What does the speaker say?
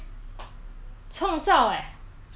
ya it's a locally create company